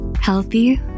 Healthy